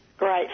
Great